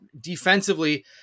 defensively